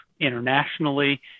internationally